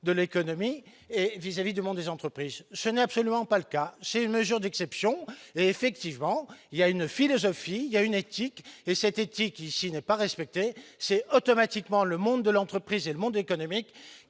de l'économie et vis-à-vis du des entreprises, ce n'est absolument pas le cas, ces mesures d'exception, effectivement, il y a une philosophie il y a une éthique et synthétique ici n'est pas respecté, c'est automatiquement le monde de l'entreprise et le monde économique